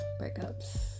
breakups